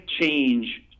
change